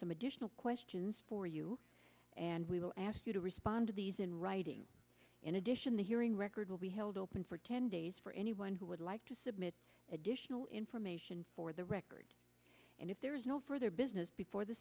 some additional questions for you and we will ask you to respond to these in writing in addition the hearing record will be held open for ten days for anyone who would like to submit additional information for the record and if there is no further business before the